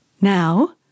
Now